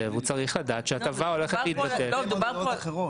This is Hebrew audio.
אני חושב שאולי יהיה נכון להפריד בין הטבות חוץ בנקאיות להטבות אחרות.